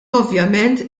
ovvjament